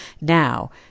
Now